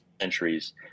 Centuries